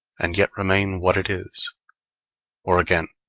and yet remain what it is or again,